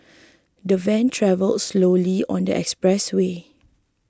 the van travelled slowly on the expressway